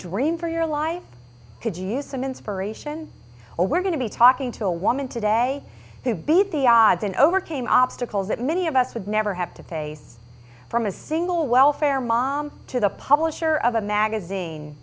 dream for your life could use some inspiration or we're going to be talking to a woman today who beat the odds and overcame obstacles that many of us would never have to face from a single welfare mom to the publisher of a magazine